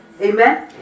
Amen